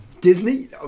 Disney